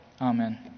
Amen